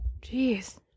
jeez